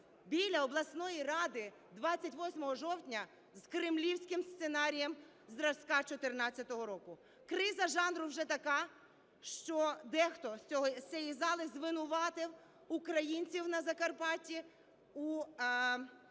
біля обласної ради 28 жовтня з кремлівським сценарієм зразка 14-го року. Криза жанру вже така, що дехто з цієї зали звинуватив українців на Закарпатті у